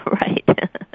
Right